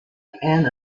and